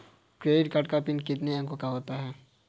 Credit card का PIN कितने अंकों का होता है?